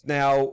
Now